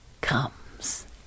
comes